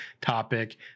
topic